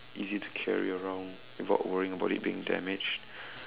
easy to carry around without worrying about it being damaged